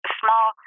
small